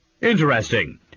Interesting